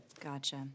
Gotcha